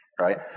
right